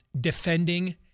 defending